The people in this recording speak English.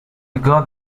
got